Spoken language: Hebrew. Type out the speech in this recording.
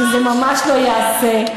שזה ממש לא ייעשה.